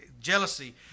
Jealousy